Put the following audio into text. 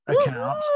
account